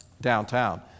downtown